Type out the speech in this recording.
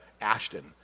Ashton